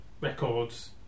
Records